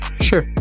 sure